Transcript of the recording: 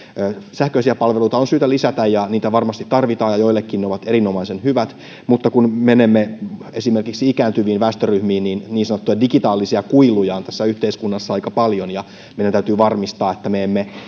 sähköisiä palveluita on syytä lisätä ja niitä varmasti tarvitaan ja joillekin ne ovat erinomaisen hyvät mutta kun menemme esimerkiksi ikääntyviin väestöryhmiin niin niin sanottuja digitaalisia kuiluja on tässä yhteiskunnassa aika paljon ja meidän täytyy varmistaa että me emme